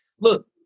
look